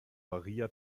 maria